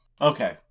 okay